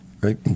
Right